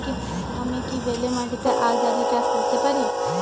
আমি কি বেলে মাটিতে আক জাতীয় চাষ করতে পারি?